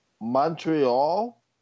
Montreal